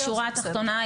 בשורה התחתונה,